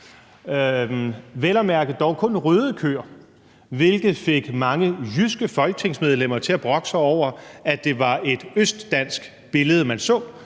at mærke dog kun røde køer, hvilket fik mange jyske folketingsmedlemmer til at brokke sig over, at det var et østdansk billede, man så,